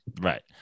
right